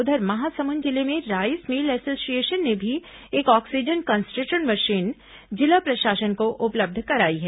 उधर महासमुंद जिले में राईस मिल एसोसिएशन ने भी एक ऑक्सीजन कंसट्रेटर मशीन जिला प्रशासन को उपलब्ध कराई है